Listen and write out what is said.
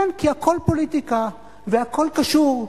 כן, כי הכול פוליטיקה, והכול קשור.